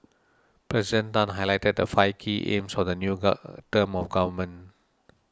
President Tan highlighted the five key aims for the new term of government